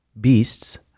beasts